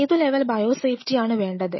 ഏതു level bio സേഫ്റ്റിയാണ് വേണ്ടത്